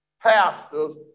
pastors